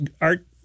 art